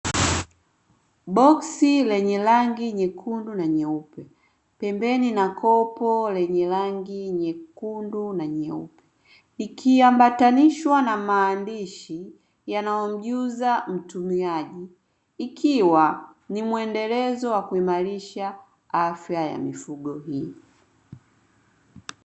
Boski lenye rangi nyekundu na nyeupe pembeni na kopo lenye rangi nyekundu na nyeupe, akiambatanishwa na maandishi yanyomjuza mtumiaji ikiwa ni muendelezo wa kuimarisha afya ya mifugo hii.